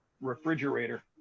refrigerator